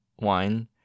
wine